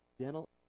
dental